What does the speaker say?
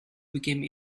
became